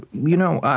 you know,